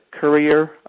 courier